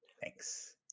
thanks